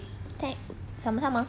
thank sama-sama